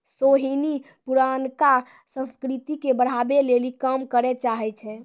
सोहिनी पुरानका संस्कृति के बढ़ाबै लेली काम करै चाहै छै